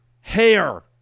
hair